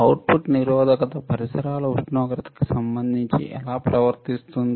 output నిరోధకత పరిసర ఉష్ణోగ్రతకి సంబంధించి ఎలా ప్రవర్తిస్తుంది